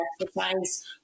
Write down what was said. exercise